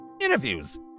interviews